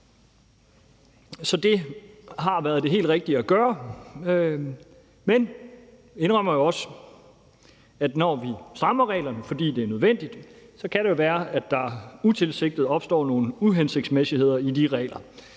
Så det har været det helt rigtige at gøre, men, det indrømmer jeg også, når vi strammer reglerne, fordi det er nødvendigt, kan det jo være, at der utilsigtet opstår nogle uhensigtsmæssigheder i de regler.